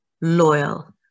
loyal